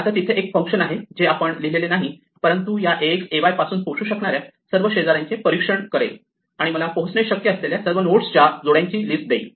आता तिथे एक फंक्शन आहे जे आपण लिहिलेले नाही परंतु ते या ax ay पासून पोहोचू शकणाऱ्या सर्व शेजाऱ्यांचे परीक्षण करेल आणि मला पोहोचणे शक्य असलेल्या सर्व नोड्स च्या जोड्यांची लिस्ट देईल